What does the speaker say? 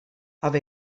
haw